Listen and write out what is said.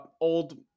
old